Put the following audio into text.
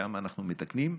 שם אנחנו מתקנים.